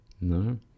No